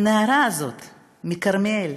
הנערה הזאת מכרמיאל,